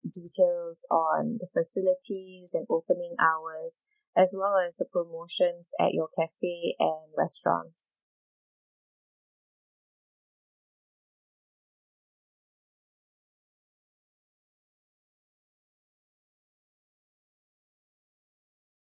details on the facilities and opening hours as well as the promotions at your cafe and restaurants